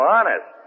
Honest